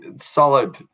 solid